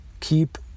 keep